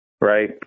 right